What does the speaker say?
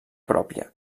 pròpia